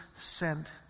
sent